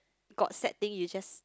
got sad thing you just